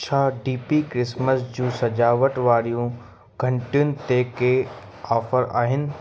छा डी पी क्रिसमस जूं सजावट वारियूं घंटियुनि ते के ऑफर आहिनि